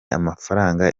amafaranga